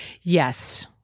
Yes